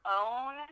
own